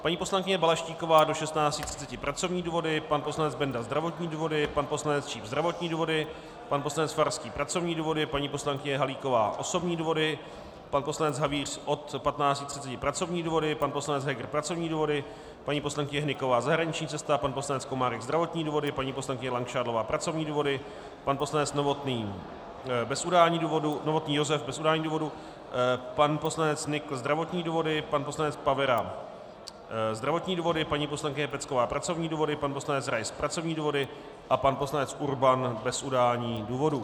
Paní poslankyně Balaštíková do 16.30 pracovní důvody, pan poslanec Benda zdravotní důvody, pan poslanec Číp zdravotní důvody, pan poslanec Farský pracovní důvody, paní poslankyně Halíková osobní důvody, pan poslanec Havíř od 15.30 pracovní důvody, pan poslanec Heger pracovní důvody, paní poslankyně Hnyková zahraniční cesta, pan poslanec Komárek zdravotní důvody, paní poslankyně Langšádlová pracovní důvody, pan poslanec Novotný Josef bez udání důvodu, pan poslanec Nykl zdravotní důvody, pan poslanec Pavera zdravotní důvody, paní poslankyně Pecková pracovní důvody, pan poslanec Rais pracovní důvody a pan poslanec Urban bez udání důvodu.